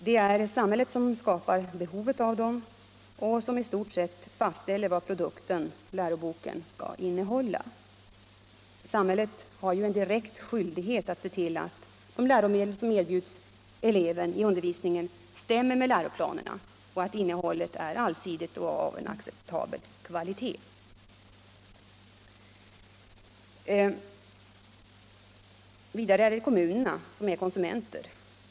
Det är samhället som skapar behovet av dem och som i stort sett fastställer vad produkten, läroboken, skall innehålla. Samhället har ju en direkt skyldighet att se till att de läromedel som erbjuds eleven i undervisningen stämmer med läroplanerna och att innehållet är allsidigt och har en acceptabel kvalitet. Vidare är det kommunerna som är konsumenter.